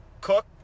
Cook